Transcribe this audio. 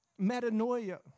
metanoia